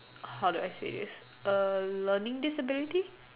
how do I say this learning disability